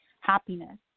happiness